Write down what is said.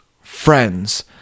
friends